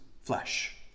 flesh